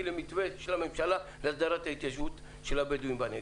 למתווה של הממשלה להסדרת ההתיישבות של הבדואים בנגב,